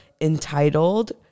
entitled